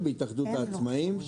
העצמאים.